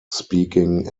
speaking